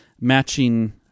matching